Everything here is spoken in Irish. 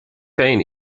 féin